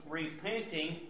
repenting